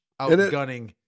outgunning